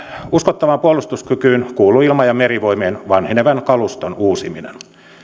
uskottavaan puolustuskykyyn kuuluu ilma ja merivoimien vanhenevan kaluston uusiminen